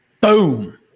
Boom